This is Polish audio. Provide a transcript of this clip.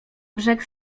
brzeg